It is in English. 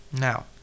now